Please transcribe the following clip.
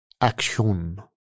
action